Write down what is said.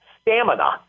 stamina